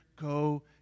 go